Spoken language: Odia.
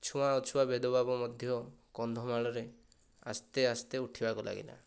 ଛୁଆଁ ଅଛୁଆଁ ଭେଦ ଭାବ ମଧ୍ୟ କନ୍ଧମାଳରେ ଆସ୍ତେ ଆସ୍ତେ ଉଠିବାକୁ ଲାଗିଲା